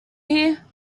here